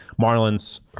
Marlins